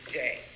day